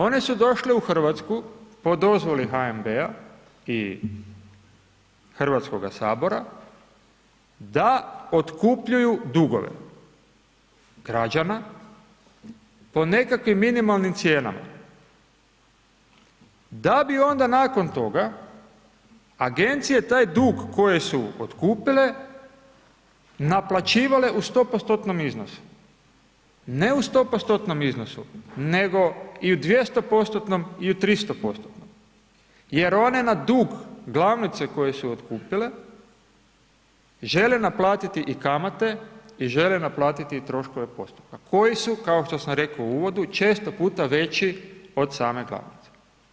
One su došle u Hrvatsku, po dozvole HNB-a i Hrvatskoga sabora da otkupljuju dugove građana, po nekakvi minimalnim cijenama, da bi onda nakon toga, agencije, taj dug, koje su otkupile, naplaćivale u 100% iznosu, ne u 100% iznosu, nego i u 200% i u 300% jer one na dug glavnice koje su otkupile žele naplatiti i kamate i žele naplatiti i troškove postupka, koji su kao što sam rekao u uvodu, često puta veći od same glavnice.